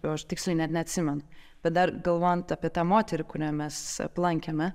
jau aš tiksliai net neatsimenu bet dar galvojant apie tą moterį kurią mes aplankėme